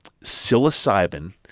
psilocybin